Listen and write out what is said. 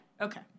Okay